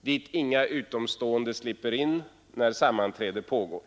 dit inga utomstående slipper in då sammanträde pågår.